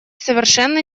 совершенно